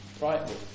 Right